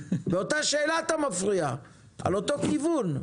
באותה שאלה אתה מפריע, על אותו כיוון.